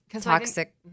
toxic